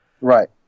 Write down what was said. Right